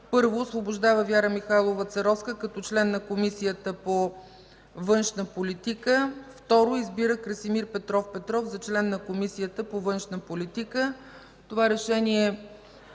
1. Освобождава Вяра Михайлова Церовска като член на Комисията по външна политика. 2. Избира Красимир Петров Петров за член на Комисията по външна политика.” Това решение